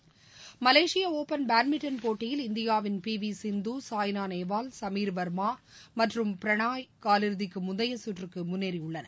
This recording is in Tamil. விளையாட்டுச்செய்தி மலேசியஒபன் பேட்மிண்டன் போட்டியில் இந்தியாவின் பிவிசிந்து சாய்னாநேவால் சமீர் வர்மாமற்றும் பிரனாய் காலிறுதிக்குமுந்தையசுற்றுக்குமுன்னேறியுள்ளனர்